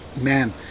man